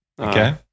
Okay